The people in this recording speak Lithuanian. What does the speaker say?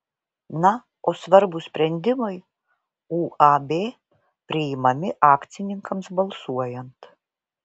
na o svarbūs sprendimai uab priimami akcininkams balsuojant